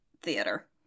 theater